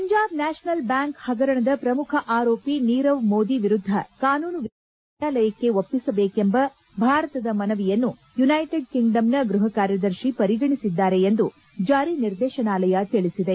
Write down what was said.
Punjab national bank ಹಗರಣದ ಶ್ರಮುಖ ಆರೋಪಿ ನೀರವ್ ಮೋದಿ ವಿರುದ್ದ ಕಾನೂನು ವಿಚಾರಣೆ ನಡೆಸಲು ನ್ನಾಯಾಲಯಕ್ಕೆ ಒಪ್ಪಿಸಬೇಕೆಂಬ ಭಾರತದ ಮನವಿಯನ್ನು ಯುನ್ಗೆಟೆಡ್ ಕಿಂಗ್ಡಮ್ನ ಗೃಹ ಕಾರ್ಯದರ್ಶಿ ಪರಿಗಣಿಸಿದ್ದಾರೆ ಎಂದು ಜಾರಿ ನಿರ್ದೇಶನಾಲಯ ತಿಳಿಸಿದೆ